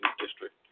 district